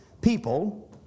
people